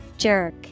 Jerk